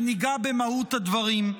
וניגע במהות הדברים.